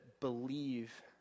believe